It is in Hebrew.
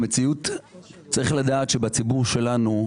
צריך לדעת שבציבור שלנו,